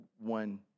one